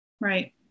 Right